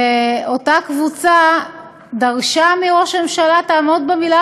ואותה קבוצה דרשה מראש הממשלה: תעמוד במילה